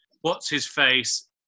What's-His-Face